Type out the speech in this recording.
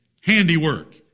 handiwork